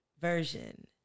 version